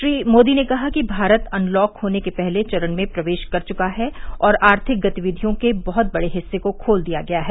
श्री मोदी ने कहा कि भारत अनलॉक होने के पहले चरण में प्रवेश कर च्का है और आर्थिक गतिविधियों के बहत बड़े हिस्से को खोल दिया गया है